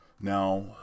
now